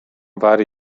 vari